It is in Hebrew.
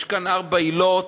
יש כאן ארבע עילות,